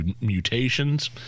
mutations